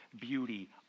beauty